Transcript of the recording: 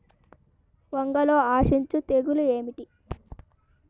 వంగలో ఆశించు తెగులు ఏమిటి?